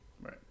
right